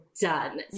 done